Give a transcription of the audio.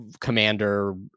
commander